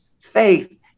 faith